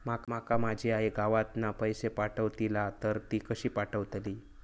माका माझी आई गावातना पैसे पाठवतीला तर ती कशी पाठवतली?